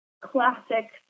classic